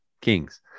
kings